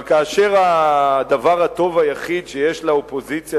אבל כאשר הדבר הטוב היחיד שיש לאופוזיציה,